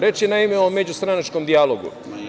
Reč je, naime, o međustranačkom dijalogu.